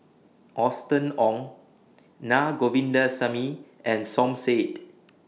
Austen Ong Na Govindasamy and Som Said